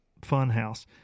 Funhouse